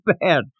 bad